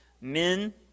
men